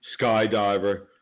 skydiver